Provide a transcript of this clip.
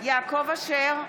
יעקב אשר,